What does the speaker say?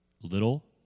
little